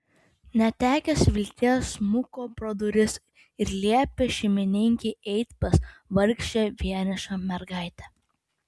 netekęs vilties smuko pro duris ir liepė šeimininkei eiti pas vargšę vienišą mergaitę